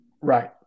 Right